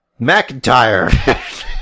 McIntyre